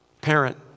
parent